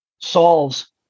solves